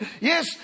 Yes